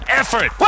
effort